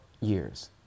years